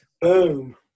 Boom